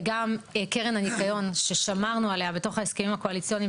וגם קרן הניקיון ששמרנו עליה בתוך ההסכמים הקואליציוניים,